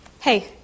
Hey